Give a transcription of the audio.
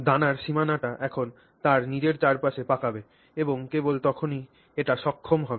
দানার সীমানাটি এখন তার নিজের চারপাশে পাকাবে এবং কেবল তখনই এটি সক্ষম হবে